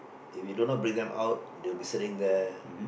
if you do not bring them up they'll be sitting there